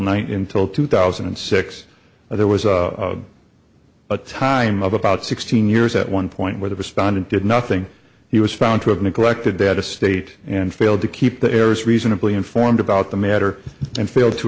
night until two thousand and six there was a time of about sixteen years at one point where the respondent did nothing he was found to have neglected that estate and failed to keep the errors reasonably informed about the matter and failed to